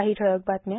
काही ठळक बातम्या